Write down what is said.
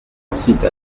ensuite